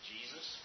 Jesus